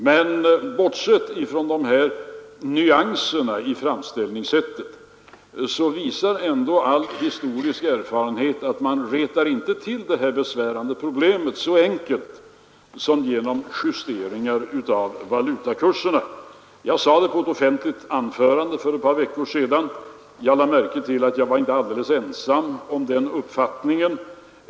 Men bortsett från nyanserna i framställningssättet, så visar ändå all historisk erfarenhet att man inte rättar till det här besvärande problemet så enkelt som genom justeringar av valutakurserna. Jag sade det i ett offentligt anförande för ett par veckor sedan, och jag lade märke till att jag inte var alldeles ensam om den uppfattningen.